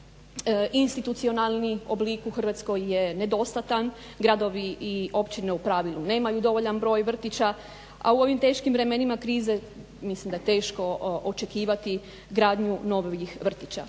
strane institucionalni oblik u Hrvatskoj je nedostatan. Gradovi i općine u pravilu nemaju dovoljan broj vrtića, a u ovim teškim vremenima krize mislim da je teško očekivati gradnju novih vrtića.